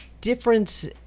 difference